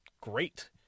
great